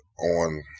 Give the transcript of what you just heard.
on